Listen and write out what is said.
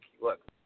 look